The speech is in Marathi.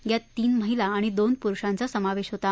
यात तीन महिला आणि दोन पुरुषांचा समावेश होता